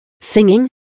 Singing